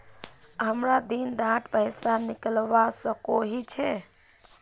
हमरा दिन डात पैसा निकलवा सकोही छै?